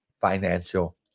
financial